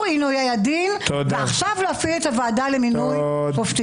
עינויי הדין ועכשיו להפעיל את הוועדה למינוי שופטים.